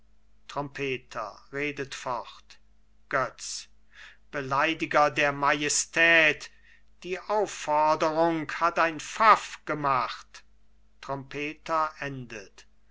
götz beleidiger der majestät die aufforderung hat ein pfaff gemacht